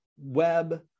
web